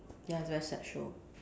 ya it's a very sad show